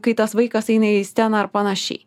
kai tas vaikas eina į sceną ar panašiai